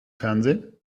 fernsehen